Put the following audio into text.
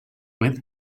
with